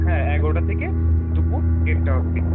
হ্যাঁ এগারোটা থেকে দুপুর দেড়টা অব্দি